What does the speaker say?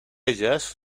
ellas